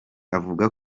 avuga